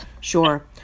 sure